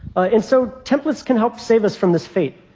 and so templates can help save us from this fate.